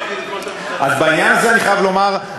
אז בעניין הזה אני חייב לומר,